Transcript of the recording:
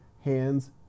hands